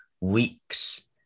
weeks